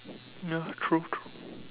ya true true